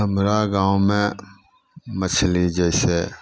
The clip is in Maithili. हमरा गाममे मछली जे छै